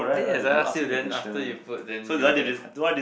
!aiya! as I ask you then after you vote then you will get the card